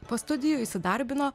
po studijų įsidarbino